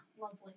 lovely